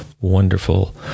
wonderful